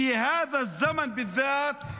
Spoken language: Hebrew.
בעיקר תקופה הזאת,